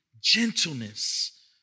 gentleness